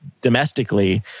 domestically